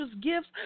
gifts